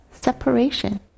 Separation